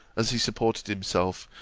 as he supported himself,